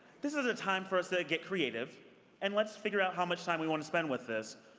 this is a time for us to get creative and let's figure out how much time we want to spend with this.